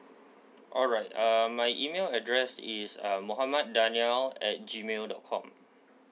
alright uh my email address is uh mohammad daniel at G mail dot com